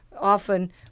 often